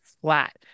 flat